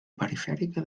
perifèrica